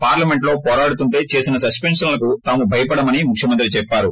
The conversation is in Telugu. పార్లమెంట్లో పోరాడుతుంటే చేసిన స్పిన్నన్లకు తాము భయపడమని ముఖ్యమంత్రి చెప్పారు